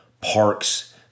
parks